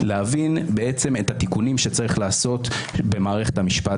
להבין את התיקונים שצריך לעשות במערכת המשפט.